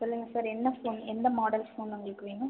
சொல்லுங்கள் சார் என்ன ஃபோன் எந்த மாடல் ஃபோன் உங்களுக்கு வேணும்